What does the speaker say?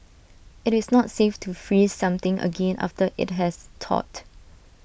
IT is not safe to freeze something again after IT has thawed